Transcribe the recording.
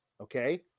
okay